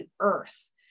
earth